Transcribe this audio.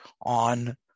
on